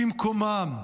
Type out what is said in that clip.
במקומם.